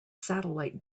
satellite